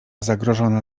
zagrożona